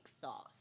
sauce